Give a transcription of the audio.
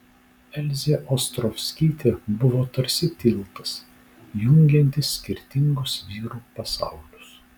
elzė ostrovskytė buvo tarsi tiltas jungiantis skirtingus vyrų pasaulius